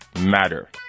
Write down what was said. matter